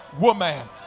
woman